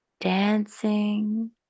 dancing